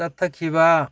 ꯆꯠꯊꯈꯤꯕ